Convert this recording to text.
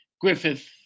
Griffith